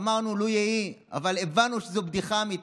אמרנו: לו יהי, אבל הבנו שזו בדיחה אמיתית.